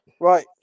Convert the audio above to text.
right